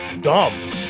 dumb